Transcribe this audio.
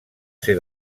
ser